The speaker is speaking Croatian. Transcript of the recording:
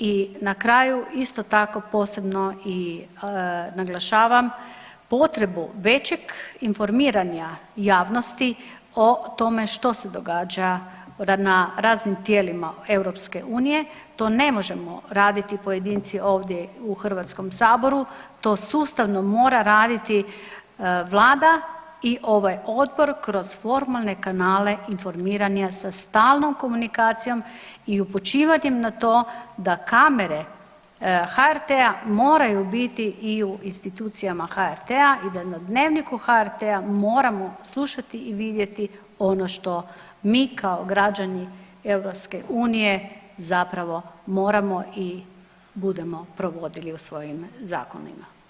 I na kraju isto tako posebno i naglašavam potrebu većeg informiranja javnosti o tome što se događa na raznim tijelima EU, to ne možemo raditi pojedinci ovdje u HS, to sustavno mora raditi vlada i ovaj odbor kroz formalne kanale informiranja sa stalnom komunikacijom i upućivat im na to da kamere HRT-a moraju biti i u institucijama HRT-a i da na Dnevniku HRT-a moramo slušati i vidjeti ono što mi kao građani EU zapravo moramo i budemo provodili u svojim zakonima.